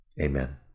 amen